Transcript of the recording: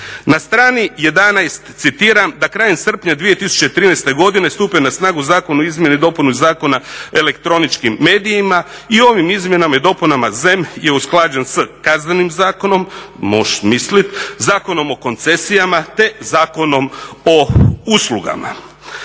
Na strani 11. citiram da krajem srpnja 2013. godine stupio je na snagu Zakon o izmjeni i dopuni Zakona elektroničkim medijima i ovim Izmjenama i dopunama ZEM je usklađen sa kaznenim zakonom, moš' misliti, Zakonom o koncesijama te Zakonom o uslugama.